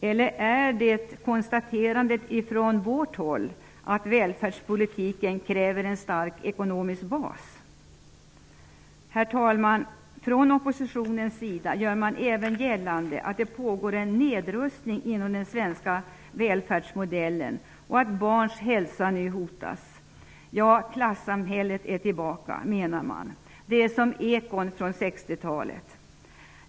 Eller är det vårt konstaterande att välfärdspolitiken kräver en stark ekonomisk bas? Herr talman! Från oppositionens sida gör man även gällande att det pågår en nedrustning inom den svenska välfärdsmodellen och att barns hälsa nu hotas. Ja, man menar att klassamhället är tillbaka. Det är som att höra ekon från 60-talet.